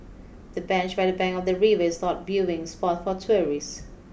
the bench by the bank of the river is hot viewing spot for tourists